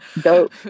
dope